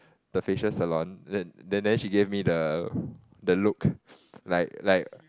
the facial salon then then then she gave me the the look like like